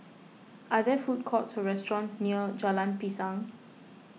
are there food courts or restaurants near Jalan Pisang